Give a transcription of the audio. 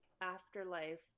Afterlife